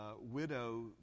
widow